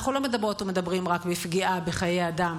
אנחנו לא מדברות ומדברים רק על פגיעה בחיי אדם,